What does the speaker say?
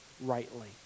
rightly